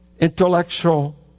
intellectual